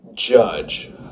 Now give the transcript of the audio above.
Judge